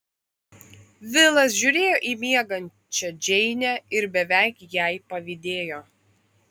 vilas žiūrėjo į miegančią džeinę ir beveik jai pavydėjo